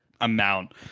amount